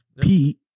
Pete